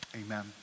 Amen